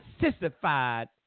sissified